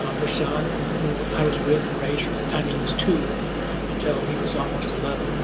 her son, who i was with and raised from the time he he was two until he was almost eleven,